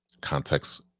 context